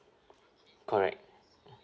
correct